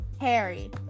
Harry